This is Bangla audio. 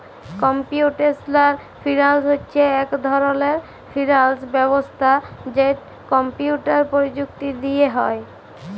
কম্পিউটেশলাল ফিল্যাল্স হছে ইক ধরলের ফিল্যাল্স ব্যবস্থা যেট কম্পিউটার পরযুক্তি দিঁয়ে হ্যয়